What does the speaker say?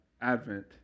Advent